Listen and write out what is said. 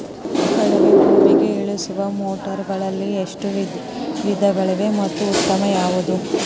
ಕೊಳವೆ ಬಾವಿಗೆ ಇಳಿಸುವ ಮೋಟಾರುಗಳಲ್ಲಿ ಎಷ್ಟು ವಿಧಗಳಿವೆ ಮತ್ತು ಉತ್ತಮ ಯಾವುದು?